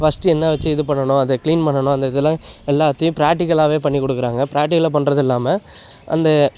first என்ன வச்சு இது பண்ணணும் அதை க்ளீன் பண்ணணும் அந்த இதுல்லாம் எல்லாத்தையும் ப்ராக்ட்டிக்கலாகவே பண்ணிக் கொடுக்குறாங்க ப்ராக்டிக்கலாக பண்ணுறது இல்லாமல் அந்த